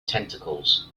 tentacles